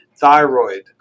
thyroid